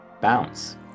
Bounce